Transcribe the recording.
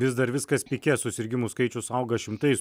vis dar viskas pike susirgimų skaičius auga šimtais